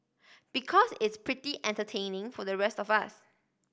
because it's pretty entertaining for the rest of us